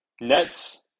Nets